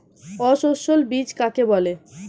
অসস্যল বীজ কাকে বলে?